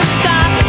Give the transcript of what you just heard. stop